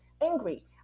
angry